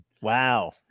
Wow